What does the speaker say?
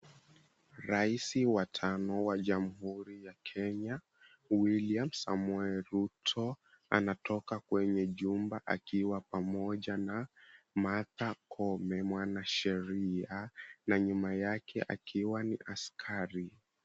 Rais wa tani wa Jamhuri ya Kenya, William Samoei Ruto, anatoka kwenye jumba akiwa pamoja na Martha Koome mwanasheria na nyuma yake akiwa na askari.